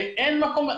ואין מקום,